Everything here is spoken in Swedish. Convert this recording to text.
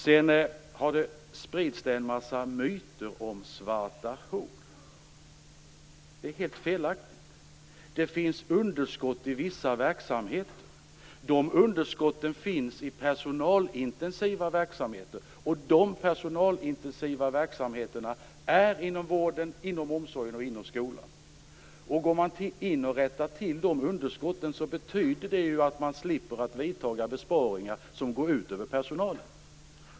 Sedan sprids det en massa myter om svarta hål. Det är helt felaktigt. Det finns underskott i vissa verksamheter. Dessa underskott finns i personalintensiva verksamheter, och dessa personalintensiva verksamheter finns inom vården, omsorgen och skolan. Går man in och rättar till underskotten, betyder det ju att man slipper att vidta besparingar som går ut över personalen.